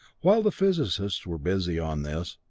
while the physicists were busy on this,